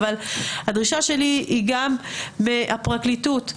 גם מהפרקליטות,